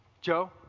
Joe